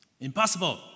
impossible